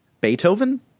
Beethoven